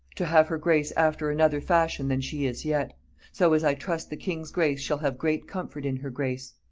to have her grace after another fashion than she is yet so as i trust the king's grace shall have great comfort in her grace.